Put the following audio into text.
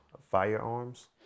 firearms